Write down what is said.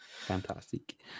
Fantastic